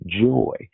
joy